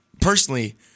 personally